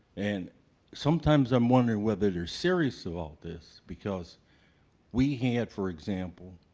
and sometimes i'm wondering whether they're serious about this, because we had, for example,